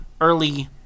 early